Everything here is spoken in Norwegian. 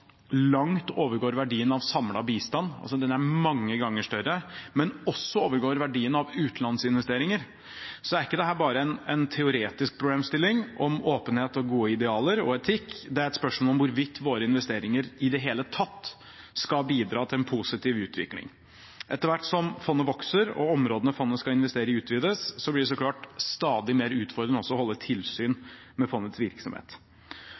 langt overgår verdien av samlet bistand – den er mange ganger større – og også overgår verdien av utenlandsinvesteringer, er ikke dette bare en teoretisk problemstilling om åpenhet og gode idealer og etikk, det er et spørsmål om hvorvidt våre investeringer i det hele tatt skal bidra til en positiv utvikling. Etter hvert som fondet vokser, og områdene fondet skal investere i, utvides, blir det så klart stadig mer utfordrende også å holde tilsyn med fondets virksomhet.